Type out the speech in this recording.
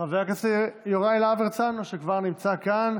חבר הכנסת יוראי להב הרצנו, שכבר נמצא כאן